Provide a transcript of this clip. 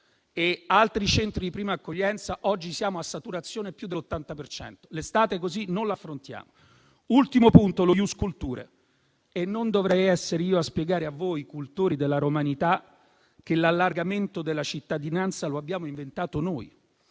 e altri centri di prima accoglienza, oggi siamo a più dell'80 per cento di saturazione. L'estate così non la affrontiamo. Ultimo punto: lo *ius culturae*. Non dovrei essere io a spiegare a voi, cultori della romanità, che l'allargamento della cittadinanza lo abbiamo inventato noi.